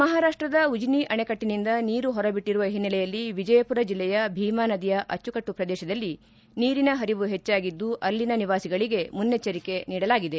ಮಹಾರಾಷ್ಟದ ಉಜನಿ ಅಣೆಕಟ್ಟಿನಿಂದ ನೀರು ಹೊರಬಿಟ್ಟಿರುವ ಹಿನ್ನಲೆಯಲ್ಲಿ ವಿಜಯಪುರ ಜಿಲ್ಲೆಯ ಭೀಮಾ ನದಿಯ ಅಚ್ಚುಕಟ್ಟು ಪ್ರದೇಶದಲ್ಲಿ ನೀರಿನ ಪರಿವು ಹೆಚ್ಚಾಗಿದ್ದು ಅಲ್ಲಿನ ನಿವಾಸಿಗಳಿಗೆ ಮುನ್ನಚ್ಚರಿಕೆ ನೀಡಿದೆ